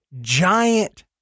giant